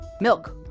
milk